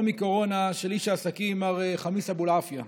מקורונה של איש העסקים מר חמיס אבולעפיה,